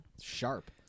Sharp